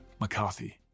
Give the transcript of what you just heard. McCarthy